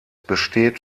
besteht